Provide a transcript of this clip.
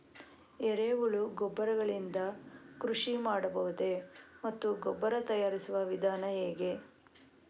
ಎರೆಹುಳು ಗೊಬ್ಬರ ಗಳಿಂದ ಕೃಷಿ ಮಾಡಬಹುದೇ ಮತ್ತು ಗೊಬ್ಬರ ತಯಾರಿಸುವ ವಿಧಾನ ಹೇಗೆ?